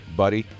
buddy